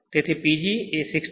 તેથી PG 16